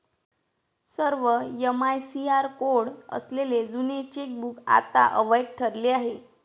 सर्व MICR code असलेले जुने चेकबुक आता अवैध ठरले आहे